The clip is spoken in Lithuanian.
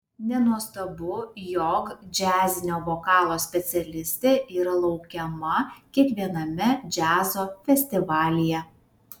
nenuostabu jog džiazinio vokalo specialistė yra laukiama kiekviename džiazo festivalyje